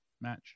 match